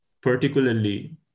particularly